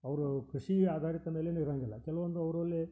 ಅವರು ಕೃಷೀ ಆಧಾರಿತ ಮೇಲೆಯೇ ಇರೋಂಗಿಲ್ಲ ಕೆಲವೊಂದು ಅವರಲ್ಲಿ